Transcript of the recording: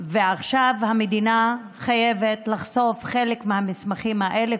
ועכשיו המדינה חייבת לחשוף חלק מהמסכמים האלה.